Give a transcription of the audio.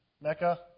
Mecca